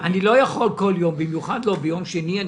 אני לא יכול בכל יום, במיוחד לא ביום שני...